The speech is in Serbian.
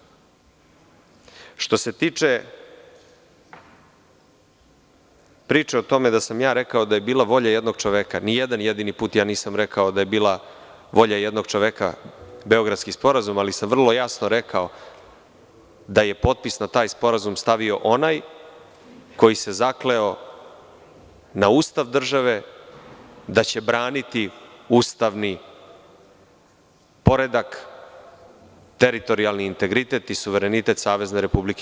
Što se tiče priče o tome da sam ja rekao da je bila volja jednog čoveka, ni jedan jedini put ja nisam rekao da je bila volja jednog čoveka Beogradski sporazum, ali sam vrlo jasno rekao da je potpis na taj sporazum stavio onaj koji se zakleo na Ustav države, da će braniti ustavni poredak, teritorijalni integritet i suverenitet SRJ.